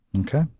Okay